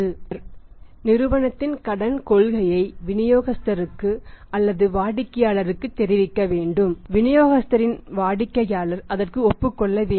அவர் நிறுவனத்தின் கடன் கொள்கையை விநியோகஸ்தருக்கு அல்லது வாடிக்கையாளருக்குத் தெரிவிக்க வேண்டும் விநியோகஸ்தரின் வாடிக்கையாளர் அதற்கு ஒப்புக் கொள்ள வேண்டும்